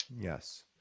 Yes